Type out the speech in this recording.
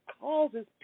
causes